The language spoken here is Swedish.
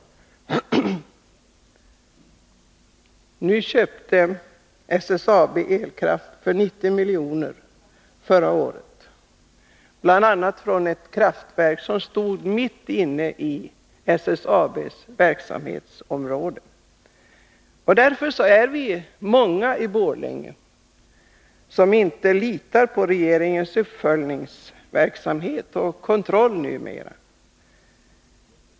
Förra året köpte SSAB elkraft för 90 miljoner, bl.a. från det kraftverk som Stora Kopparberg äger och som finns mitt inne i SSAB:s verksamhet. Därför är vi många i Borlänge som inte litar på regeringens uppföljningsverksamhet och kontroll numera.